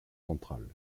centrales